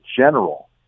general